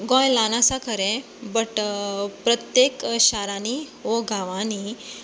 गोंय ल्हान खरें बट प्रत्येक शारांनी वा गांवांनी